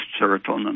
serotonin